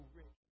rich